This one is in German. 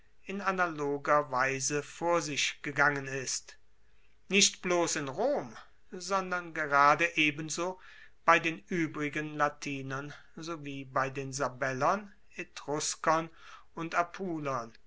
in analoger weise vor sich gegangen ist nicht bloss in rom sondern gerade ebenso bei den uebrigen latinern sowie bei den sabellern etruskern und